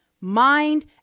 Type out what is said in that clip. mind